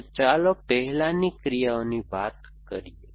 તો ચાલો પહેલા ક્રિયાઓની વાત કરીએ